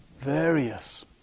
various